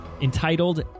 entitled